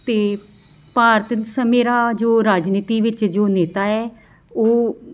ਅਤੇ ਭਾਰਤ ਸਮੇਂ ਰਾਜ ਉਹ ਰਾਜਨੀਤੀ ਵਿੱਚ ਜੋ ਨੇਤਾ ਹੈ ਉਹ